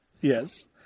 Yes